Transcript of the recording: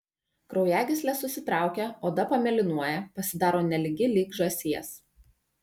kraujagyslės susitraukia oda pamėlynuoja pasidaro nelygi lyg žąsies